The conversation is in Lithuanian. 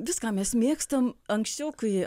viską mes mėgstam anksčiau kai